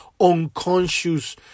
unconscious